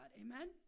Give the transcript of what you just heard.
amen